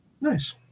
Nice